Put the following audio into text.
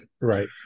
Right